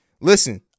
listen